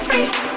Free